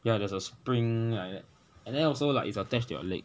ya there's a spring like that and then also like it's attached to your leg